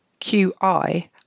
QI